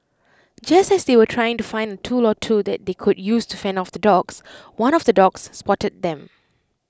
just as they were trying to find tool or two that they could use to fend off the dogs one of the dogs spotted them